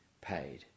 paid